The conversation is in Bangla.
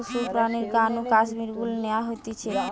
পশুর প্রাণীর গা নু কাশ্মীর উল ন্যাওয়া হতিছে